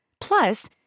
Plus